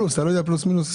אתה לא יודע פלוס מינוס?